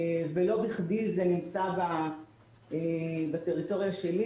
ולא בכדי זה נמצא בטריטוריה שלי,